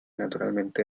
naturalmente